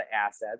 assets